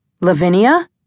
Lavinia